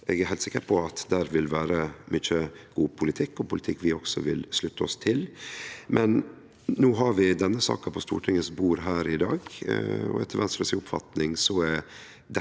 Eg er heilt sikker på at det der vil vere mykje god politikk, og politikk vi også vil slutte oss til, men no har vi denne saka på Stortingets bord her i dag. Etter Venstres oppfatning er dette